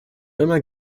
immer